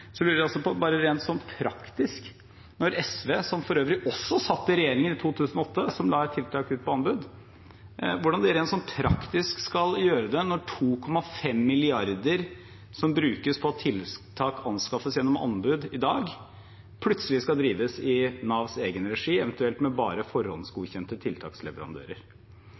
rent praktisk. Når SV, som for øvrig også satt i regjering i 2008, la tiltak ut på anbud: Hvordan skal de rent praktisk gjøre det, når 2,5 mrd. kr som brukes på tiltak, anskaffes gjennom anbud i dag, plutselig skal drives i Navs egen regi, eventuelt med bare forhåndsgodkjente tiltaksleverandører?